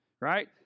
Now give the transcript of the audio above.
right